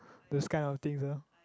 those kind of things ah